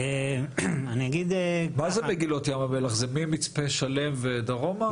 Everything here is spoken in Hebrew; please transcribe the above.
מה זה "מגילות ים המלח", זה ממצפה שלם ודרומה?